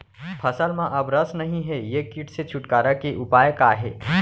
फसल में अब रस नही हे ये किट से छुटकारा के उपाय का हे?